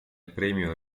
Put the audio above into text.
premio